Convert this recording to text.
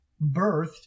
birthed